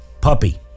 puppy